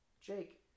Jake